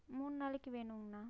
மூணு நாளைக்கு வேணுங்ண்ணா